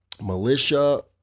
militia